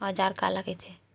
औजार काला कइथे?